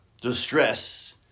distress